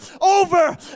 over